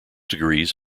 degrees